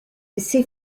ces